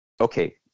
Okay